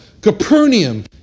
Capernaum